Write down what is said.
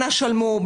אנא שלמו.